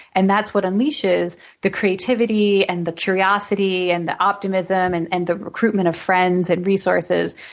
and that's what unleashes the creativity and the curiosity and the optimism and and the recruitment of friends and resources.